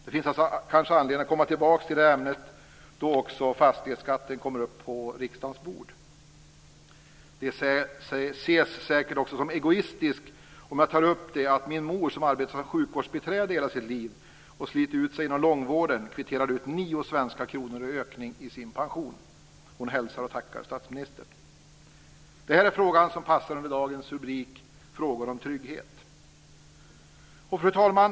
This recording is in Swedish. Det finns kanske anledning att komma tillbaka till det här ämnet då frågan om fastighetsskatten kommer upp på riksdagens bord. Det ses säkert som egoistiskt om jag tar upp att min mor, som arbetat som sjukvårdsbiträde i hela sitt liv och slitit ut sig inom långvården, kvitterade ut 9 svenska kronor i ökning av sin pension. Hon hälsar och tackar statsministern! Det här är frågor som passar under dagens rubrik Fru talman!